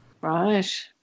Right